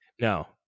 No